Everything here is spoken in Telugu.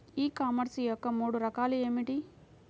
ఈ కామర్స్ యొక్క మూడు రకాలు ఏమిటి?